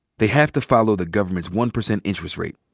they have to follow the government's one percent interest rate.